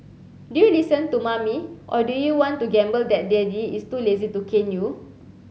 do you listen to mommy or do you want to gamble that daddy is too lazy to cane you